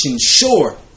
sure